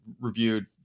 reviewed